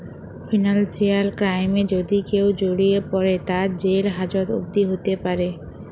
financial ক্রাইমে যদি কেউ জড়িয়ে পরে, তার জেল হাজত অবদি হ্যতে প্যরে